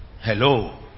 Hello